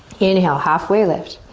inhale half way lift,